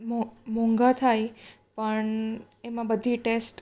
મોંઘા થાય પણ એમાં બધી ટેસ્ટ